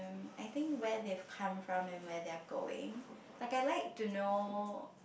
I think where they've come from and where they are going like I like to know